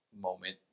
moment